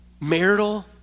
Marital